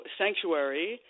sanctuary